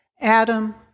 Adam